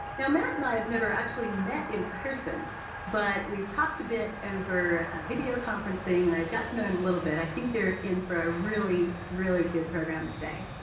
now matt and i have never actually met in person but we've talked a bit over video conferencing and i got to know him a little bit. i think you're in for a really really good program today,